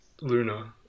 Luna